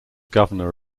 governor